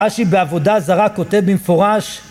רש"י בעבודה זרה כותב במפורש.